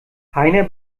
heiner